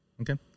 Okay